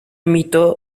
mito